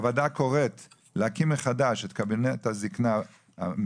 הוועדה קוראת להקים את מחדש את קבינט הזקנה הממשלתי,